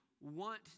want